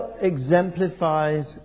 exemplifies